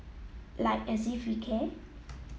like as if we care